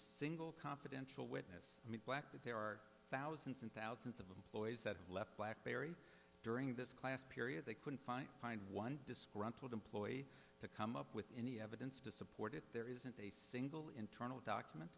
single confidential witness i mean black that there are thousands and thousands of employees that have left blackberry during this class period they couldn't find find one disgruntled employee to come up with any evidence to support it there isn't a single internal document